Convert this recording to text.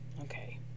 Okay